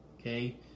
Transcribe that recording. Okay